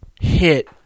hit